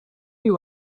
you